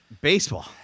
Baseball